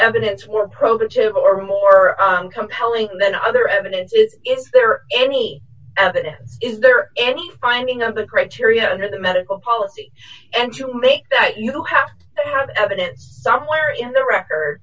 productive or more compelling than other evidence is there any evidence is there any finding of the criteria in the medical policy and you make that you have to have evidence somewhere in the record